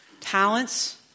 talents